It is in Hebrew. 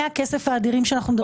הכסף האדירים שאנו מדברים פה עליהם.